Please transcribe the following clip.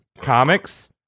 comics